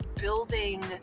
building